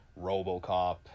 Robocop